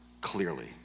clearly